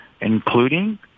including